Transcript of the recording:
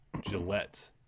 Gillette